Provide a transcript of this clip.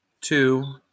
two